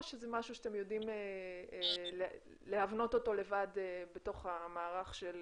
או שזה משהו שאתם יודעים להבנות אותו לבד בתוך המערך של